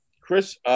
Chris